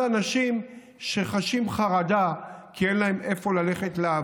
אנשים שחשים חרדה כי אין להם איפה ללכת לעבוד.